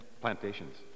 Plantations